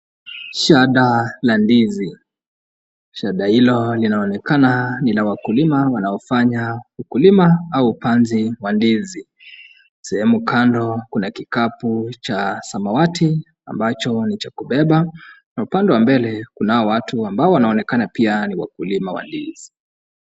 Shada la ndizi, shada hilo linaonekana ni la wakulima wanaofanya ukulima au upanzi wa ndizi, sehemu kando kuna kikapu cha samawati ambacho ni cha kubeba na upande wa mbele kunao watu ambao wanaonekana pia ni wakulima wa ndizi.